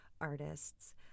artists